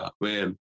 Man